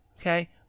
Okay